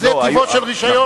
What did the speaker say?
זה טיבו של רשיון,